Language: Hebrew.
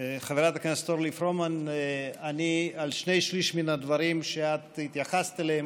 חברת הכנסת אורלי פרומן: על שני שלישים מן הדברים שאת התייחסת אליהם,